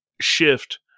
shift